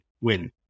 win